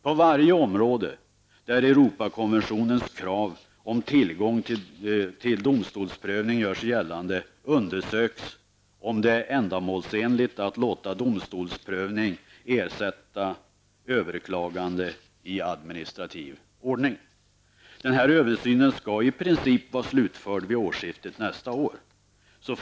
På varje område där Europakonventionens krav på tillgång till domstolsprövning gör sig gällande undersöks om det är ändamålsenligt att låta domstolsprövning ersätta överklagande i administrativ ordning. Den här översynen skall i princip vara slutförd vid årsskiftet 1990-1991.